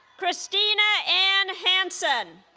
christina anne hansen